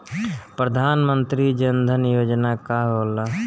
प्रधानमंत्री जन धन योजना का होला?